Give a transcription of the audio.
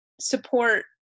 support